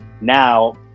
Now